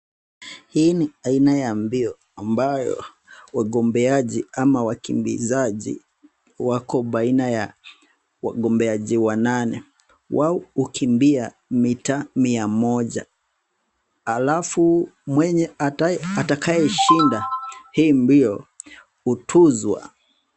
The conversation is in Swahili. Hii na aina ya mbio ambayo wagombeaji ama wakimbizaji wako baina ya wagombeaji wanane. Wao hukimbia mita mia moja, alafu mwenye atakaye shinda hii mbio hutuzwa.